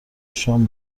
شام